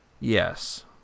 Yes